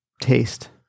taste